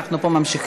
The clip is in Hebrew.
אנחנו פה ממשיכים,